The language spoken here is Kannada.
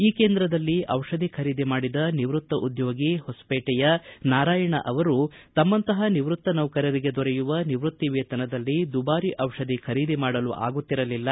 ಈ ಕೇಂದ್ರದಲ್ಲಿ ದಿಷಧಿ ಖರೀದಿ ಮಾಡಿದ ನಿವೃತ್ತ ಉದ್ಯೋಗಿ ಹೊಸಹೇಟೆಯ ನಾರಾಯಣ ಅವರು ತಮ್ಗಂತಹ ನಿವೃತ್ತ ನೌಕರರಿಗೆ ದೊರೆಯುವ ನಿವೃತ್ತಿ ವೇತನದಲ್ಲಿ ದುಬಾರಿ ಔಷಧಿ ಖರೀದಿ ಮಾಡಲು ಆಗುತ್ತಿರಲಿಲ್ಲ